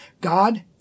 God